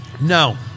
No